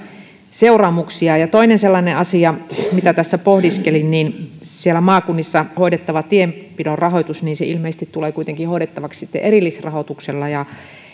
seuraamuksia toinen sellainen asia mitä tässä pohdiskelin siellä maakunnissa hoidettava tienpidon rahoitus ilmeisesti tulee kuitenkin hoidettavaksi erillisrahoituksella